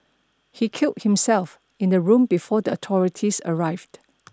he killed himself in the room before the authorities arrived